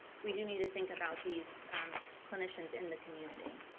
we do need to think about these clinicians in the community.